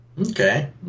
Okay